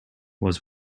was